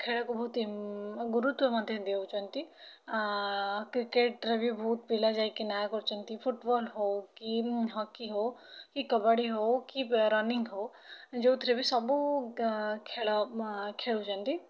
ଖେଳକୁ ବହୁତ ଗୁରୁତ୍ୱ ମଧ୍ୟ ଦେଉଛନ୍ତି କ୍ରିକେଟ୍ରେ ବି ବହୁତ ପିଲା ଯାଇକି ନାଁ କରୁଛନ୍ତି ଫୁଟବଲ୍ ହେଉ କି ହକି ହେଉ କି କବାଡ଼ି ହେଉ କି ରନିଂ ହେଉ ଯୋଉଥିରେ ବି ସବୁ ଖେଳ ଖେଳୁଛନ୍ତି